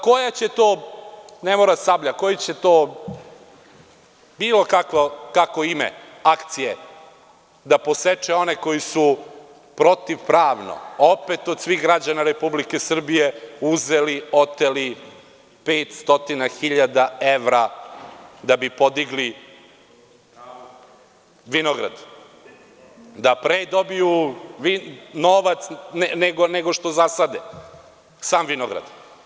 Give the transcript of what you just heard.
Koja će to, ne mora „Sablja“, koja će to, bilo koje ime da ima akcija, da poseče one koji su protivpravno, opet od svih građana Republike Srbije, uzeli, oteli, 500.000 evra da bi podigli vinograd, da pre dobiju novac nego što zasade sam vinograd.